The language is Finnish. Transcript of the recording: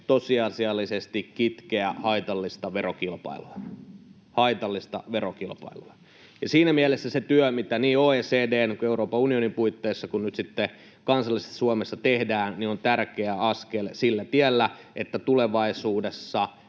verokilpailua — haitallista verokilpailua. Siinä mielessä se työ, mitä niin OECD:n ja Euroopan unionin puitteissa kuin nyt sitten kansallisesti Suomessa tehdään, on tärkeä askel sillä tiellä, että tulevaisuudessa